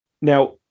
Now